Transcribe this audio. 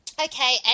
Okay